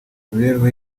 imibereho